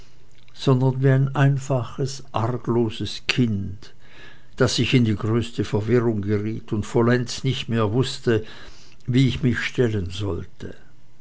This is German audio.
sondern wie ein einfaches argloses kind daß ich in die größte verwirrung geriet und vollends nicht mehr wußte wie ich mich stellen sollte